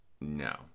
No